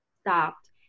stopped